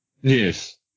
Yes